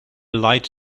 light